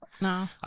No